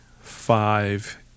five